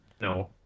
no